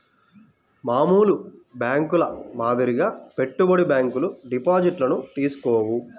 మామూలు బ్యేంకుల మాదిరిగా పెట్టుబడి బ్యాంకులు డిపాజిట్లను తీసుకోవు